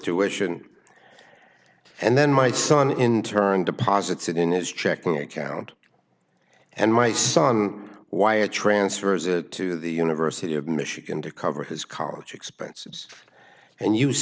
addition and then my son in turn deposits it in his checking account and my son wire transfers a to the university of michigan to cover his college expenses and